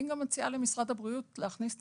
אני גם מציעה למשרד הבריאות להכניס את